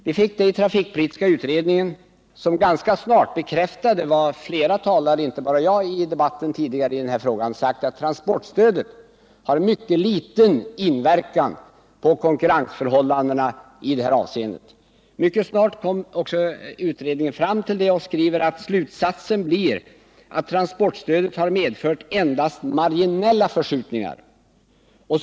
Vi fick i trafikpolitiska utredningen ganska snart bekräftat vad flera talare — inte bara jag — i denna debatt tidigare sagt, nämligen att transportstödet har mycket liten påverkan på konkurrensförhållandena. Utredningen skriver: Slutsatsen blir att transportstödet har medfört endast marginella förskjutningar.